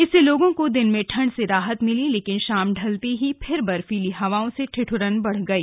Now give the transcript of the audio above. इससे लोगों को दिन में ठंड से राहत मिली लेकिन शाम ढलते ही फिर बर्फीली हवाओं से ठिठुरन बढ़ गई